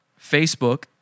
Facebook